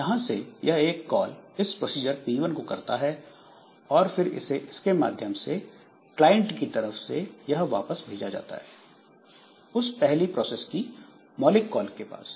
यहां से यह एक कॉल इस प्रोसीजर P1 को करता है और फिर इसे इसके माध्यम से क्लाइंट की तरफ से यह वापस भेजा जाता है उस पहली प्रोसेस की मौलिक कॉल के पास